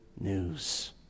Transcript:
news